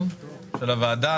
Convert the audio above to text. אני רוצה לחדש את הדיון של הוועדה,